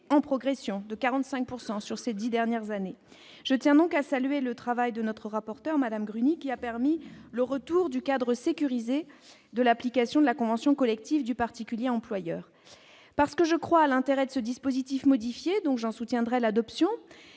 en progression de 45 pourcent sur ces 10 dernières années, je tiens donc à saluer le travail de notre rapporteur Madame Gruny qui a permis le retour du cadre sécurisé de l'application de la convention collective du particulier employeur parce que je crois à l'intérêt de ce dispositif modifié donc Jean soutiendrait l'adoption